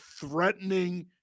threatening